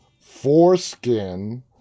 foreskin